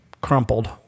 crumpled